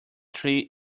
tree